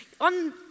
on